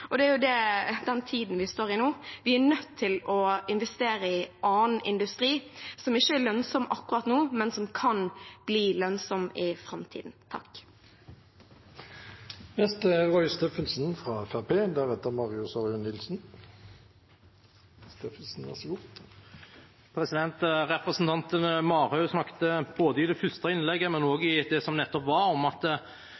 og det er den tiden vi står i nå: Vi er nødt til å investere i annen industri, som ikke er lønnsom akkurat nå, men som kan bli lønnsom i framtiden. Representanten Marhaug snakket både i det første innlegget og i det hun nettopp holdt, om at det er en gal framstilling av forslaget at dette vil føre til avvikling av oljenæringen. Men